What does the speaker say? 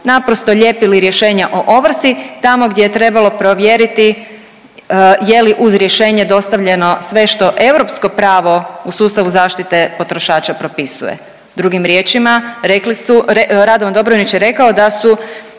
naprosto lijepila rješenja o ovrsi tamo gdje je trebalo provjeriti je li uz rješenje dostavljeno sve što europsko pravo u sustavu zaštite potrošača propisuje. Drugim riječima, rekli su, Radovan Dobronić je rekao da su